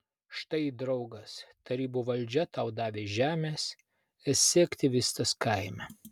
štai draugas tarybų valdžia tau davė žemės esi aktyvistas kaime